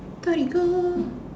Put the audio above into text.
Torigo